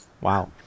wow